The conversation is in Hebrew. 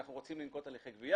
אנחנו רוצים לנקוט הליכי גבייה.